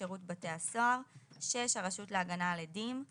שירות בתי הסוהר; (6)הרשות להגנה על עדים;